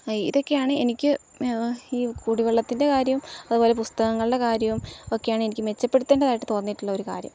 ഇതൊക്കെയാണ് എനിക്ക് ഈ കുടിവെള്ളത്തിൻ്റെ കാര്യം അതുപോലെ പുസ്തകങ്ങളുടെ കാര്യം ഒക്കെയാണ് എനിക്കു മെച്ചപ്പെടുത്തേണ്ടതായിട്ടു തോന്നിയിട്ടുള്ള ഒരു കാര്യം